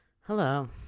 Hello